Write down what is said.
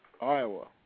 Iowa